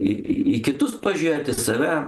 į į į kitus pažiūrėti save